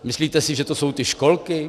Myslíte si, že to jsou ty školky?